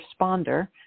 responder